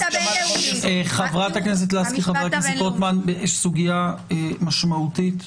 מכובדיי, זו סוגיה משמעותית.